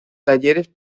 talleres